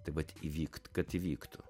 tai vat įvykt kad įvyktų